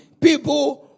people